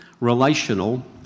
relational